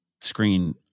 screen